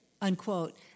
unquote